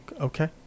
Okay